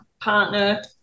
partner